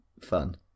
fun